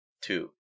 Two